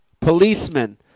policemen